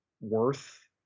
worth